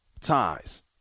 ties